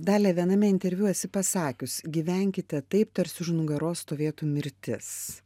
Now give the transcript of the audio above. dalia viename interviu esi pasakius gyvenkite taip tarsi už nugaros stovėtų mirtis